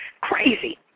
crazy